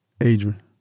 Adrian